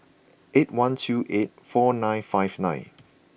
eight one two eight four nine five nine